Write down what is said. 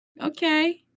Okay